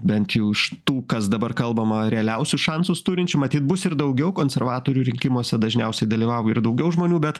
bent jau iš tų kas dabar kalbama realiausius šansus turinčių matyt bus ir daugiau konservatorių rinkimuose dažniausiai dalyvauja ir daugiau žmonių bet